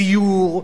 דיור,